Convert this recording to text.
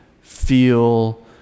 feel